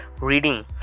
reading